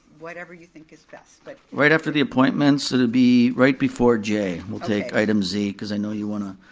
whatever you think is best, but right after the appointments, it'd be right before j. okay. we'll take item z, because i know you wanna,